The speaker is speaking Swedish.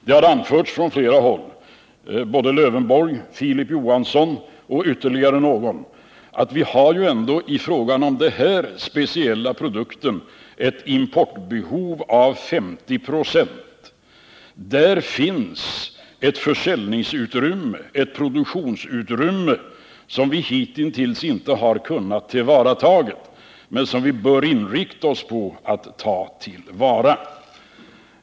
Det har anförts från flera håll — Alf Lövenborg, Filip Johansson och ytterligare någon, att vi i fråga om den här speciella produkten ändå har ett importbehov på 50 96. Där finns ett försäljningsoch produktionsutrymme som vi hitintills inte har kunnat tillvarata men som vi bör inrikta oss på att ta till vara.